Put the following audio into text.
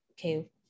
okay